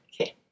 Okay